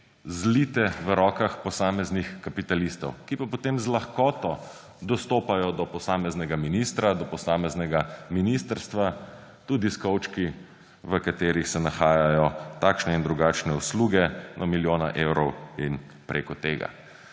zlite v rokah posameznih kapitalistov. Ki pa potem z lahkoto dostopajo do posameznega ministra, do posameznega ministrstva, tudi s kovčki, v katerih se nahajajo takšne in drugačne usluge, v milijonu evrov in preko tega.